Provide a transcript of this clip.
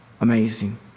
Amazing